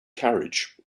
carriage